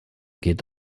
gilt